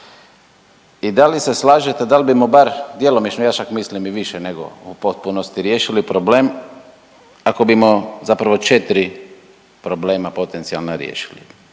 i da li se slažete da li bimo bar djelomično ja čak mislim i više nego u potpunosti riješili problem ako bimo zapravo 4 problema potencijalna riješili.